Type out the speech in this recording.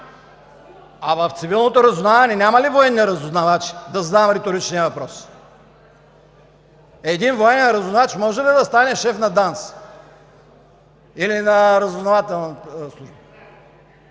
А в цивилното разузнаване няма ли военни разузнавачи, да задам риторичния въпрос? Един военен разузнавач може ли да стане шеф на ДАНС или на Разузнавателната служба?